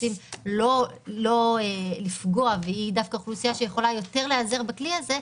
רוצים לא לפגוע והיא דווקא אוכלוסייה שיכולה יותר להיעזר בכלי הזה,